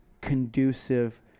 conducive